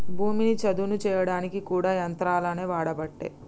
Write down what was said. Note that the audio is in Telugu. భూమిని చదును చేయడానికి కూడా యంత్రాలనే వాడబట్టే